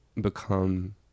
become